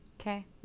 Okay